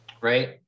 right